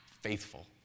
faithful